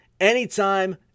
anytime